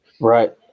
Right